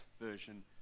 version